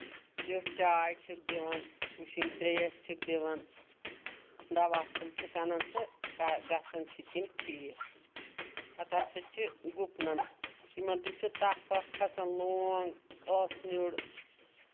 یُتھ چاے چھکھ دِوَان وٕشِنۍ ترٛیش چھِکھ دِوان دوا پھُل چھُکھ کَنان تہٕ گژھان چھِ تِم ٹھیٖک پَتہٕ ہَسا چھِ گُپنَن تِمَن تہِ چھُ تَپھ وَف کھسان لونٛگ ٲسہٕ نیُر